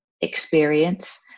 experience